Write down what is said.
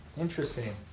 Interesting